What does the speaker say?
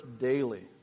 daily